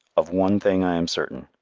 of one thing i am certain,